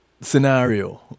scenario